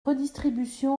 redistribution